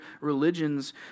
religions